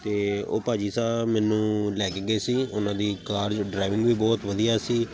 ਅਤੇ ਉਹ ਭਾਅ ਜੀ ਸਾਹਿਬ ਮੈਨੂੰ ਲੈ ਕੇ ਗਏ ਸੀ ਉਹਨਾਂ ਦੀ ਕਾਰ ਡਰਾਈਵਿੰਗ ਵੀ ਬਹੁਤ ਵਧੀਆ ਸੀ